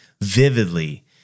vividly